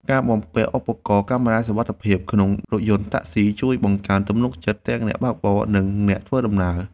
ការបំពាក់ឧបករណ៍កាមេរ៉ាសុវត្ថិភាពក្នុងរថយន្តតាក់ស៊ីជួយបង្កើនទំនុកចិត្តទាំងអ្នកបើកបរ និងអ្នកធ្វើដំណើរ។